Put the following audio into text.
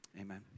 amen